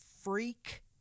freak